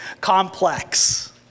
complex